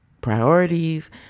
priorities